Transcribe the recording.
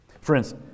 Friends